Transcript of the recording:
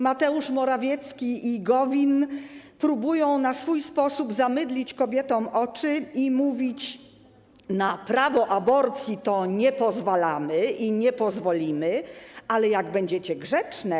Mateusz Morawiecki i Gowin próbują na swój sposób zamydlić kobietom oczy i mówić: na prawo aborcji to nie pozwalamy i nie pozwolimy, ale jak będziecie grzeczne.